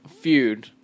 feud